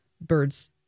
birds